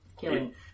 killing